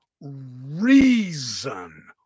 reason